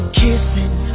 kissing